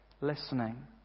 Listening